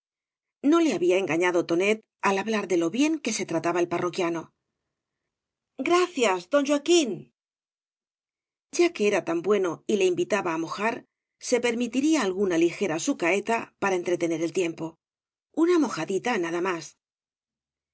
no le había engañado tonet al hablar de lo bien que se trataba el parroquiano gracias don joaquín ya que era tan bueno y le invitaba á mojar se permitiría alguna ligera sucaeta para entretener el tiempo una mojadita nada más